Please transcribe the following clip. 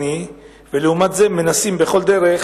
ולעומת זאת מנסים בכל דרך